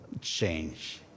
change